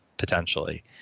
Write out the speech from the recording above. Potentially